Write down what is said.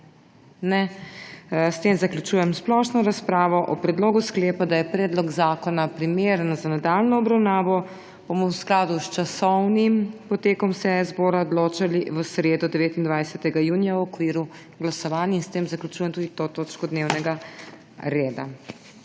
Ne. S tem zaključujem splošno razpravo. O Predlogu sklepa, da je predlog zakona primeren za nadaljnjo obravnavo, bomo v skladu s časovnim potekom seje zbora odločali v sredo, 29. junija, v okviru glasovanj. S tem zaključujem tudi to točko dnevnega reda.